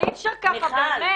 אי אפשר ככה, באמת.